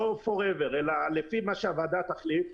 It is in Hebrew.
לא לתמיד אלא לפי מה שהוועדה תחליט,